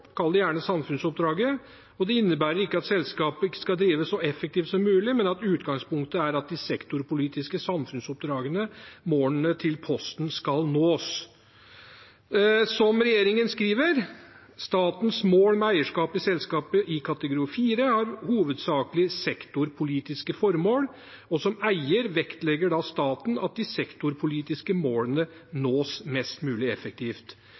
kall det gjerne samfunnsoppdrag. Det innebærer ikke at selskapet ikke skal drive så effektivt som mulig, men utgangspunktet er at de sektorpolitiske samfunnsoppdragene, målene til Posten, skal nås. Som regjeringen skriver: «Statens mål med eierskapet i selskaper i kategori 4 har hovedsakelig sektorpolitiske formål. Som eier vektlegger staten at de sektorpolitiske målene nås mest mulig effektivt.»